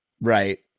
Right